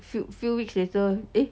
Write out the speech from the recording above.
few few weeks later eh